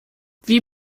wie